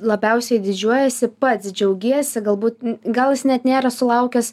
labiausiai didžiuojiesi pats džiaugiesi galbūt gal jis net nėra sulaukęs